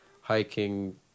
Hiking